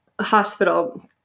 hospital